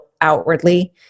outwardly